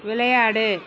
விளையாடு